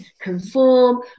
conform